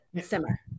simmer